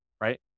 right